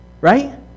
right